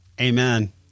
Amen